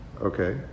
Okay